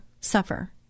suffer